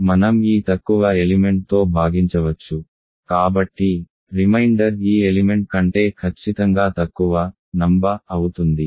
మనం ఈ తక్కువ ఎలిమెంట్ తో భాగించవచ్చు కాబట్టి రిమైండర్ ఈ ఎలిమెంట్ కంటే ఖచ్చితంగా తక్కువ సంఖ్య అవుతుంది